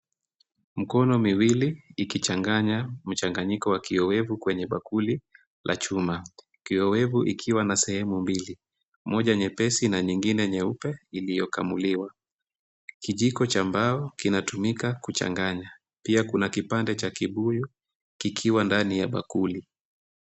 Mkono miwili ikichanganya mchangiko wa kiowevu kwenye bakuli la chuma. Kiowevu ikiwa na sehemu mbili, moja nyepesi na nyingine nyeupe iliyokamuliwa. Kijiko cha mbao kinatumika kuchanganya. Pia kuna kipande cha kibuyu kikiwa ndani ya bakuli.